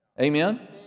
Amen